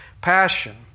passion